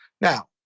Now